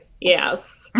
Yes